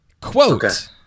Quote